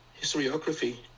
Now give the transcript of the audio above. historiography